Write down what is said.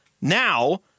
Now